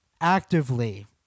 actively